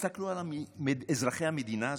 תסתכלו על אזרחי המדינה הזאת,